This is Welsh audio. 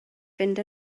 fynd